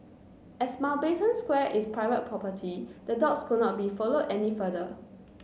as Mountbatten Square is private property the dogs could not be followed any further